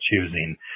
choosing